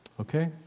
Okay